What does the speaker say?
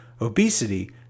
obesity